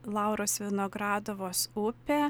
lauros vinogradovos upė